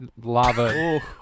lava